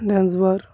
dance bar